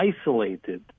isolated